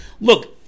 look